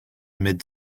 mid